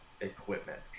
equipment